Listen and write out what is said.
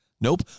Nope